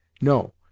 No